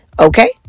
okay